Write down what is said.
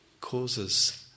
causes